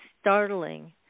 startling